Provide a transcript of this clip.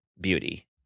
beauty